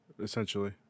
essentially